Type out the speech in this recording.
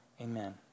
Amen